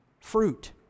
fruit